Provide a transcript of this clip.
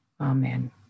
Amen